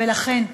לכן,